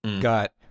got